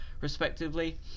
respectively